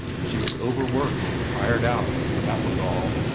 she was overworked tired out that was all.